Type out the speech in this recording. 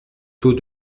taux